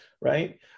Right